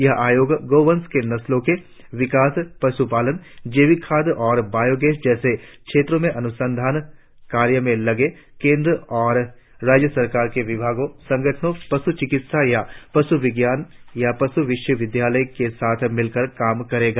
यह आयोग गोवंश की नस्लों के विकास पशुपालन जैविक खाद और बायोगेस जैसे क्षेत्रों में अनुसंधान कार्य में लगे केंद्रीय और राज्य सरकार के विभागों संगठनों पश् चिकित्सा या पश् विज्ञान या क्रषि विश्वविद्यालयों के साथ मिलकर काम करेगा